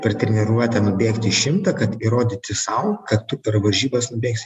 per treniruotę nubėgti šimtą kad įrodyti sau kad tu per varžybas nubėgsi